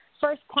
First